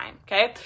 Okay